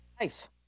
life